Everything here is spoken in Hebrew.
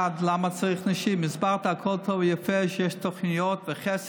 צריך נשים, למה לא?